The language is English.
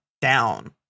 down